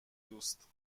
دوست